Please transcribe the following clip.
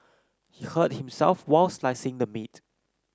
he hurt himself while slicing the meat